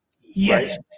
Yes